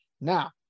Now